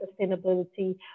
sustainability